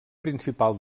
principal